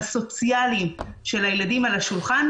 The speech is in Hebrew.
הסוציאליים של הילדים על השולחן,